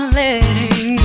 letting